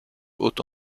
haute